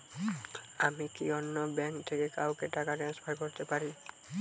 আমি কি অন্য ব্যাঙ্ক থেকে কাউকে টাকা ট্রান্সফার করতে পারি?